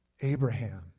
Abraham